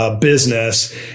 business